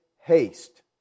haste